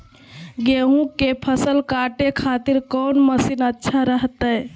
गेहूं के फसल काटे खातिर कौन मसीन अच्छा रहतय?